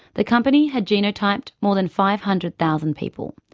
the company had genotyped more than five hundred thousand people,